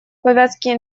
повязки